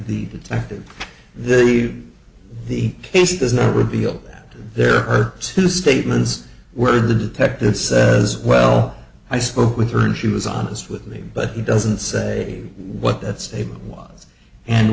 the detectives the leave the case does not reveal that there are two statements where the detective says well i spoke with her and she was honest with me but he doesn't say what that statement was and